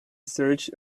searched